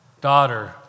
daughter